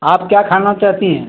आप क्या खाना चाहती हैं